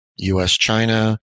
U.S.-China